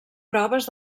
proves